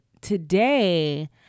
today